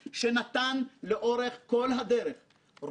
שייקח על עצמו את המשימה.